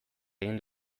egin